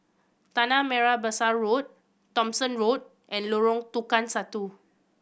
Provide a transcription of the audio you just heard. Tanah Merah Besar Road Thomson Road and Lorong Tukang Satu